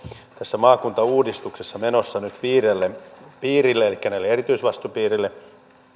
tässä maakuntauudistuksessa menossa nyt viidelle piirille elikkä näille erityisvastuupiireille